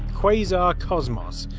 quazar cosmos,